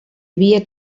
havia